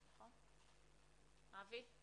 אבי?